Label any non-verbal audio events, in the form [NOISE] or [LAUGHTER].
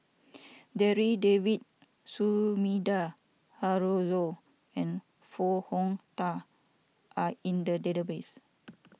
[NOISE] Darryl David Sumida Haruzo and Foo Hong Tatt are in the database